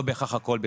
לא בהכרח הכול בסדר.